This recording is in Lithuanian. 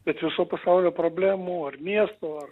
bet viso pasaulio problemų ar miesto ar